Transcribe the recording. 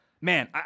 man